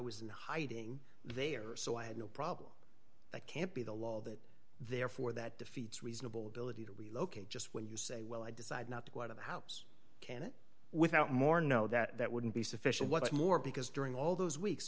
was in hiding they are so i had no problem that can't be the law that they are for that defeats reasonable ability to relocate just when you say well i decide not to go out of the house can it without more no that wouldn't be sufficient what's more because during all those weeks